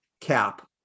cap